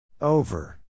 Over